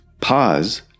pause